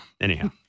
anyhow